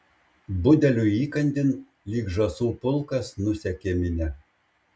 budeliui įkandin lyg žąsų pulkas nusekė minia